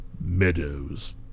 Meadows